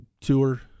tour